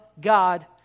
God